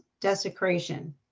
desecration